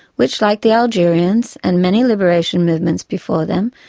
which, like the algerians and many liberation movements before them,